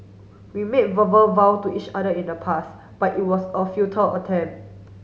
we made verbal vow to each other in the past but it was a futile attempt